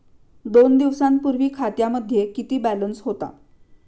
दोन दिवसांपूर्वी खात्यामध्ये किती बॅलन्स होता?